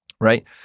right